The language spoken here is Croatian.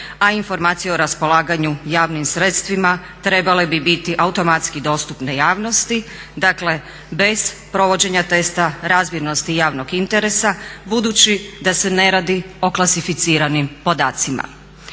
a informacije o raspolaganju javnim sredstvima trebale bi biti automatski dostupne javnosti, dakle bez provođenja testa razmjernosti javnog interesa budući da se ne radi o klasificiranim podacima.